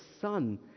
son